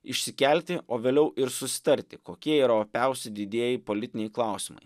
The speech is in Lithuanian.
išsikelti o vėliau ir susitarti kokie yra opiausi didieji politiniai klausimai